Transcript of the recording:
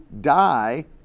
die